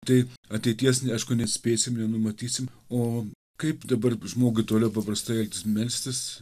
tai ateities aišku neatspėsim nenumatysim o kaip dabar žmogui toliau paprastai melstis